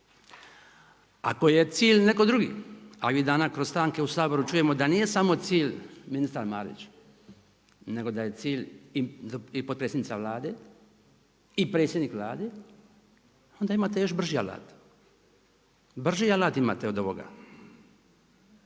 Ako je cilj neko drugi, a ovih dana kroz stanke u Saboru čujemo da nije samo cilj ministar Marić, nego da je cilj i potpredsjednica Vlade i predsjednik Vlade onda imate još brži alat, brži alat imate od ovoga.